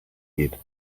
did